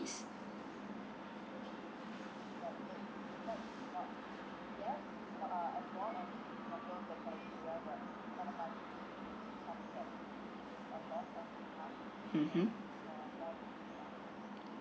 mmhmm